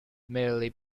merely